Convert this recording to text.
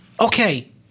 Okay